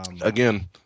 Again